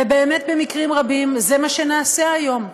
ובאמת במקרים רבים זה מה שנעשה היום.